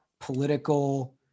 political